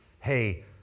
Hey